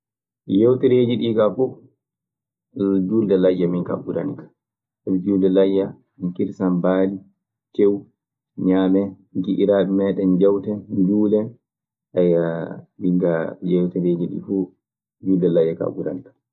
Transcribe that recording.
Yewtereeji ɗii kaa fuu, juulde layya minkaa ɓurani kan, sabi juulde layya en kirsan baali, teew ñaamee, giƴiraaɓe meeɗen njawten, njuulen. minkaa yewtereeji ɗii fuu juulde layya kaa ɓurani kan.